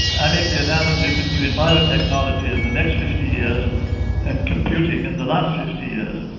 i make the analogy between biotechnology in the next fifty years and computing in the last fifty years.